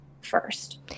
first